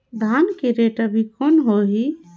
धान के रेट अभी कौन होही?